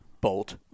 bolt